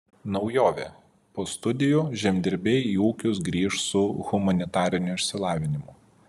naujovė po studijų žemdirbiai į ūkius grįš su humanitariniu išsilavinimu